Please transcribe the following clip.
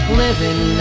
living